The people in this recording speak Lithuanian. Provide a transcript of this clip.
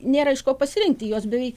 nėra iš ko pasirinkti jos beveik